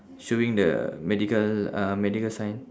showing the medical uh medical sign